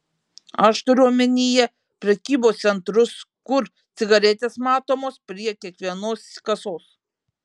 aš turiu omenyje prekybos centrus kur cigaretės matomos prie kiekvienos kasos